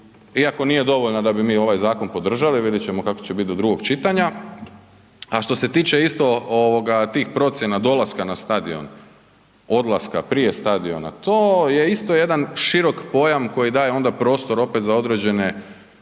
iako nije dovoljna da bi mi ovaj zakon podržali, vidit ćemo kako će bit do drugog čitanja, a što se tiče isto ovoga tih procjena dolaska na stadion, odlaska prije stadiona, to je isto jedan širok pojam koji daje onda prostor opet za određene